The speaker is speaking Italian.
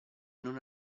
non